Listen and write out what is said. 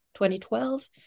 2012